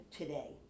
today